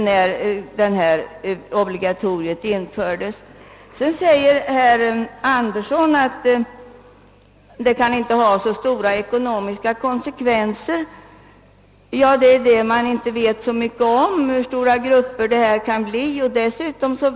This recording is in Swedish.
Herr Anderson i Sundsvall anser att motionärernas förslag inte kan ha så vittgående ekonomiska konsekvenser även om man inte vet hur stora grupper det kan bli fråga om.